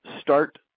start